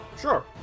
Sure